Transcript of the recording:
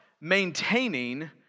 maintaining